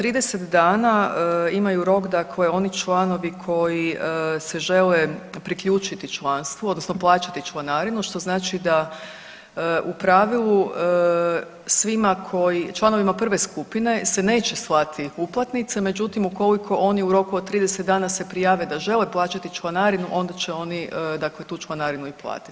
30 dana imaju rok oni članovi koji se žele priključiti članstvu odnosno plaćati članarinu što znači da u pravilu svima koji, članovima prve skupine se neće slati uplatnice, međutim ukoliko oni u roku od 30 dana se prijave da žele plaćati članarinu onda će oni tu članarinu i platiti.